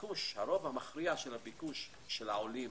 הרוב המכריע של הביקוש לעולים